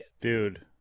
dude